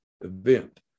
event